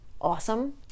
awesome